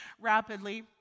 rapidly